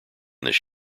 this